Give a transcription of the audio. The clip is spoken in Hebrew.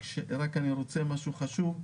רק אני רוצה משהו חשוב.